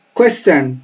question